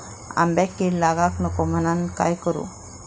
आंब्यक कीड लागाक नको म्हनान काय करू?